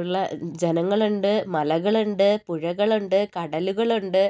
ഉള്ള ജനങ്ങൾ ഉണ്ട് മലകൾ ഉണ്ട് പുഴകളുണ്ട് കടലുകൾ ഉണ്ട്